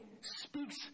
speaks